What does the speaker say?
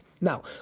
Now